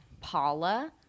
paula